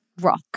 rock